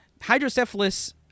Hydrocephalus